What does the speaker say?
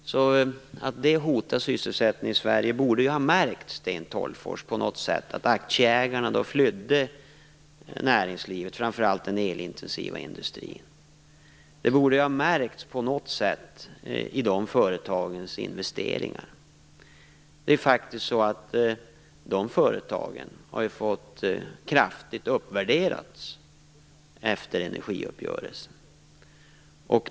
Om energiuppgörelsen hotar sysselsättningen i Sverige borde det ju ha märkts på något sätt, Sten Tolgfors, t.ex. att aktieägarna flydde näringslivet. Framför allt borde det ha märkts på något sätt i de elintensiva företagens investeringar. De företagen har faktiskt uppvärderats kraftigt efter energiuppgörelsen.